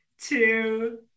two